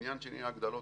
עניין שני, ההגדלות